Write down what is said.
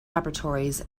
laboratories